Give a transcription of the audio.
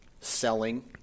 selling